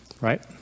right